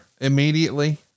immediately